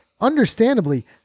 understandably